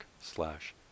slash